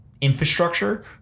infrastructure